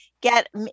get